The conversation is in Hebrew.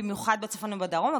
במיוחד בצפון ובדרום,